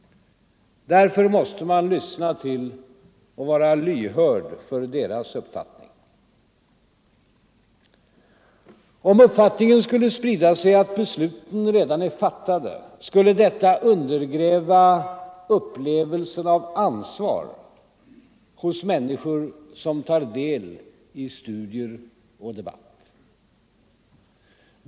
Därför måste man lyssna till och vara lyhörd för deras uppfattning. Om uppfattningen skulle sprida sig att besluten redan är fattade, skulle detta undergräva upplevelsen av ansvar hos människor som tar del i studier och debatt.